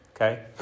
okay